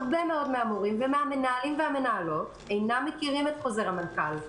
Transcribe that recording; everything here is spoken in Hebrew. הרבה מאוד מן המורים ומן המנהלים והמנהלות אינם מכירים את חוזר המנכ"ל.